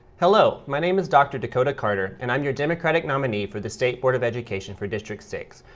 hello, my name is dr. dakota carter, and i'm your democratic nominee for the state board of education for district six,